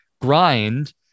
grind